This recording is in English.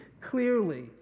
clearly